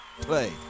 Play